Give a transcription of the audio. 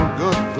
good